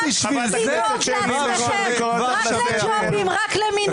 רק לדאוג לעצמכם, רק לג'ובים, רק למינויים.